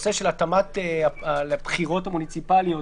בנושא של התאמה לבחירות המוניציפאליות,